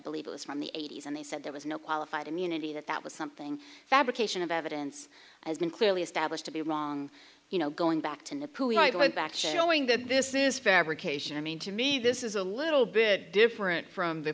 believe it was from the eighty's and they said there was no qualified immunity that that was something fabrication of evidence has been clearly established to be wrong you know going back to back showing that this is fabrication i mean to me this is a little bit different from the